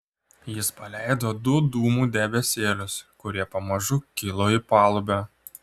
jis paleido du dūmų debesėlius kurie pamažu kilo į palubę